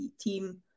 team